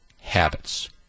habits